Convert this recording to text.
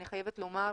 אני חייבת לומר,